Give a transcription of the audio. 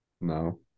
No